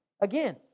Again